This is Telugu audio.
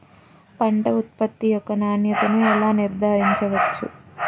పంట ఉత్పత్తి యొక్క నాణ్యతను ఎలా నిర్ధారించవచ్చు?